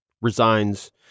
resigns